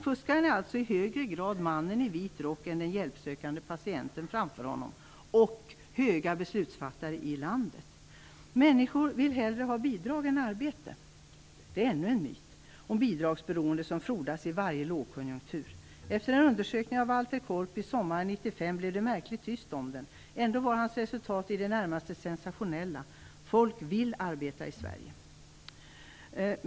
Fuskare är alltså i högre grad mannen i vit rock än den hjälpsökande patienten framför honom och höga beslutsfattare i landet. Att människor hellre vill ha bidrag än arbete är ännu en myt om bidragsberoende som frodas i varje lågkonjunktur. Efter en undersökning av Walter Korpi sommaren 1995 blev det märkligt tyst om den. Ändå var hans resultat i det närmaste sensationella: Folk vill arbeta i Sverige.